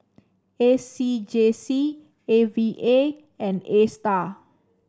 A C J C A V A and Astar